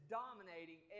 dominating